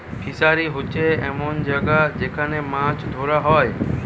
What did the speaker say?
fishery হোচ্ছে এমন জাগা যেখান মাছ ধোরা হয়